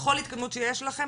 בכל התקדמות שיש לכם,